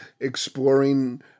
exploring